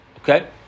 Okay